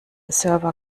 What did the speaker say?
server